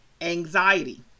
anxiety